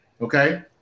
Okay